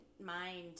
mind